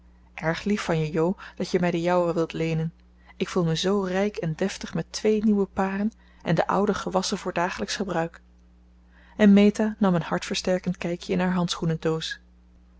erg lief van je jo dat je mij de jouwe wilt leenen ik voel me zoo rijk en deftig met twee nieuwe paren en de ouwe gewasschen voor dagelijksch gebruik en meta nam een hartversterkend kijkje in haar